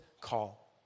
call